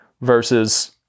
versus